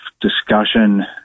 discussion